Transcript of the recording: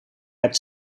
hebt